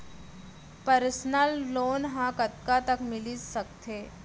Personal loan ह कतका तक मिलिस सकथे?